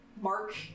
Mark